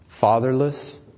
fatherless